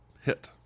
hit